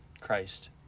Christ